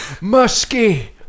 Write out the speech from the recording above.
Musky